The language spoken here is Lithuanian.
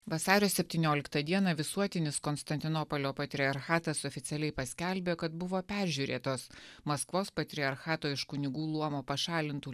vasario septynioliktą dieną visuotinis konstantinopolio patriarchatas oficialiai paskelbė kad buvo peržiūrėtos maskvos patriarchato iš kunigų luomo pašalintų